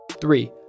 Three